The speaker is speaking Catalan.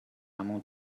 amo